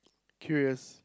curious